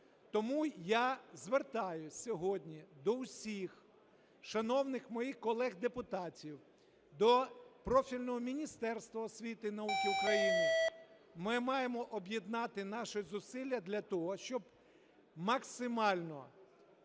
Тому я звертаюсь сьогодні до всіх шановних моїх колег-депутатів, до профільного Міністерства освіти і науки України. Ми маємо об'єднати наші зусилля для того, щоб максимально